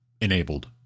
enabled